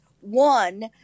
one